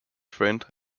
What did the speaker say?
friend